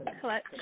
Clutch